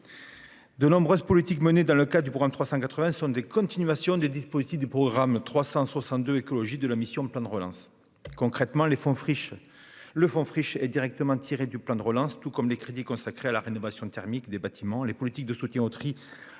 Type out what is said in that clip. de nombreuses politiques menées dans le cadre du programme 380 sont des continuations des dispositifs du programme 362, « Écologie », de la mission « Plan de relance ». Concrètement, le fonds Friches est directement tiré du plan de relance, tout comme les crédits consacrés à la rénovation thermique des bâtiments, aux politiques de soutien au tri